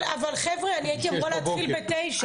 אבל חבר'ה, אני הייתי אמורה להתחיל בתשע.